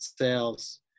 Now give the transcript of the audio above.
sales